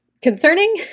concerning